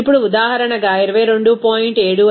ఇప్పుడు ఉదాహరణగా 22